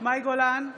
מאי גולן,